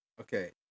Okay